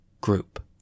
group